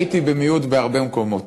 הייתי במיעוט בהרבה מקומות,